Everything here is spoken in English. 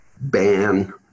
ban